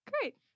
Great